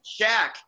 Shaq